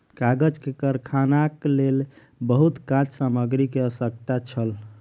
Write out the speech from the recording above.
कागज के कारखानाक लेल बहुत काँच सामग्री के आवश्यकता छल